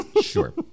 sure